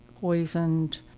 poisoned